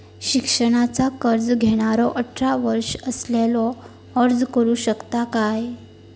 शिक्षणाचा कर्ज घेणारो अठरा वर्ष असलेलो अर्ज करू शकता काय?